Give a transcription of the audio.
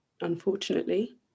unfortunately